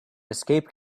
escape